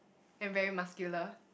and very muscular